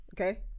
okay